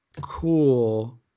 cool